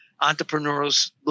entrepreneurs